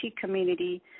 community